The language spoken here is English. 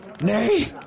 Nay